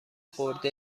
خورده